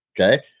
Okay